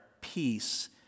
peace